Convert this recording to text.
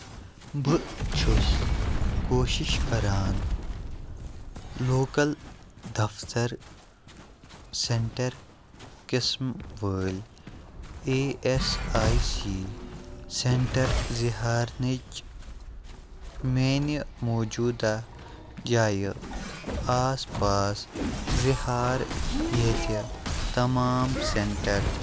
بہٕ چھُس کوٗشِش کران لوکَل دفتر سٮ۪نٛٹَر قسم وٲلۍ A S I C centre زِہارنٕچ میٛانہِ موجوٗدہ جایہِ آس پاس زِہار ییٚتہٕ تمام سٮ۪نٛٹَر